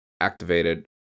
activated